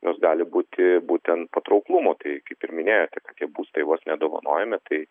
jos gali būti būtent patrauklumu tai kaip ir minėjote kad būstai vos ne dovanojami tai